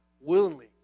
willingly